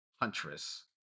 Huntress